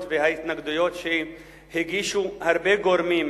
וההתנגדויות שהגישו הרבה גורמים,